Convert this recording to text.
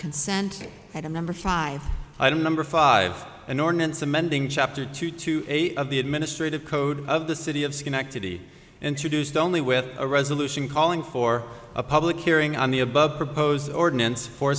consent had a member five i don't number five an ordinance amending chapter two to eight of the administrative code of the city of schenectady introduced only with a resolution calling for a public hearing on the above proposed ordinance for